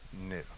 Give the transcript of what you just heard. new